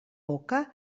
boca